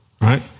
right